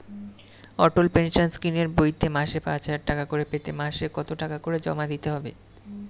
অটল pension স্কিমের বইতে মাসে পাঁচ হাজার টাকা করে পেতে মাসে কত টাকা করে জমা দিতে হবে?